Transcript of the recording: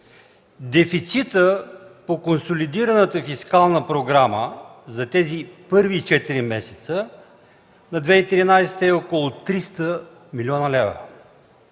Дефицитът по консолидираната фискална програма за тези първи четири месеца за 2013 г. е около 300 млн. лв.